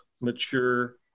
mature